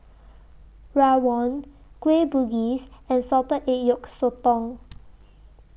Rawon Kueh Bugis and Salted Egg Yolk Sotong